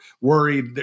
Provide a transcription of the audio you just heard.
worried